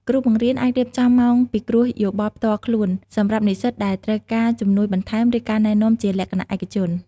គ្រូបង្រៀនអាចរៀបចំម៉ោងពិគ្រោះយោបល់ផ្ទាល់ខ្លួនសម្រាប់និស្សិតដែលត្រូវការជំនួយបន្ថែមឬការណែនាំជាលក្ខណៈឯកជន។